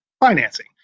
financing